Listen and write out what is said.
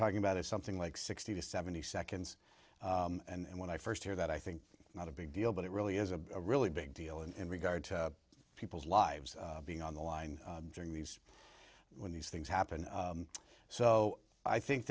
talking about is something like sixty to seventy seconds and when i first hear that i think not a big deal but it really is a really big deal in regard to people's lives being on the line during these when these things happen so i think